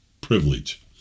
privilege